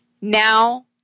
Now